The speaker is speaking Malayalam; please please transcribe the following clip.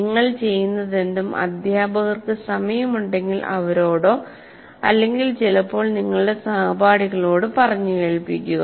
നിങ്ങൾ ചെയ്യുന്നതെന്തും അധ്യാപകർക്ക് സമയം ഉണ്ടെങ്കിൽ അവരോടോ അല്ലെങ്കിൽ ചിലപ്പോൾ നിങ്ങളുടെ സഹപാഠികളോട് പറഞ്ഞുകേൾപ്പിക്കുക